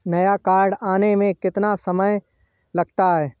नया कार्ड आने में कितना समय लगता है?